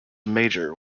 major